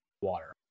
water